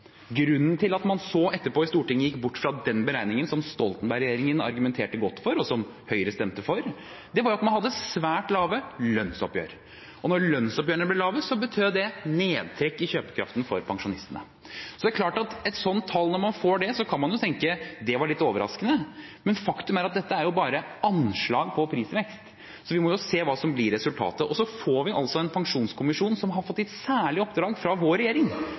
Grunnen til at man etterpå i Stortinget gikk bort fra den beregningen som Stoltenberg-regjeringen argumenterte godt for, og som Høyre stemte for, var at man hadde svært lave lønnsoppgjør, og når lønnsoppgjørene ble lave, betød det nedtrekk i kjøpekraften for pensjonistene. Det er klart at når man får et slikt tall, kan man tenke at det var litt overraskende, men faktum er at dette bare er anslag på prisvekst. Vi må se hva som blir resultatet. Så er det en pensjonskommisjon som har fått et særlig oppdrag fra vår regjering